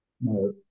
No